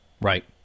Right